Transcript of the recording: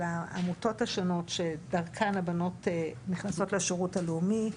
של העמותות השונות שדרכן הבנות נכנסות לשירות הלאומי.